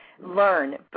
Learn